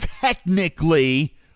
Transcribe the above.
Technically